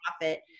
profit